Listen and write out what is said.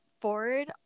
forward